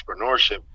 entrepreneurship